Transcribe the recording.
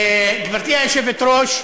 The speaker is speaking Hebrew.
גברתי היושבת-ראש,